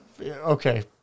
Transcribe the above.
Okay